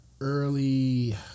early